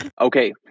okay